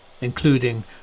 including